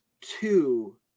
two